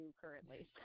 currently